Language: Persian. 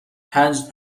پنج